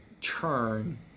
turn